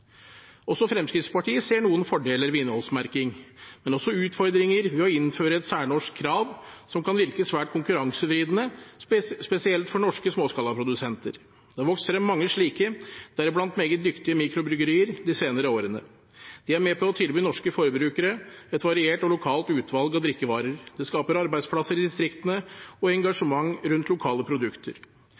Også Fremskrittspartiet ser noen fordeler ved innholdsmerking, men også utfordringer ved å innføre et særnorsk krav som kan virke svært konkurransevridende, spesielt for norske småskalaprodusenter. Det har vokst frem mange slike de senere årene, deriblant meget dyktige mikrobryggerier. De er med på å tilby norske forbrukere et variert og lokalt utvalg av drikkevarer. Det skaper arbeidsplasser i distriktene og engasjement rundt lokale produkter.